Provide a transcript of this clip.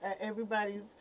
everybody's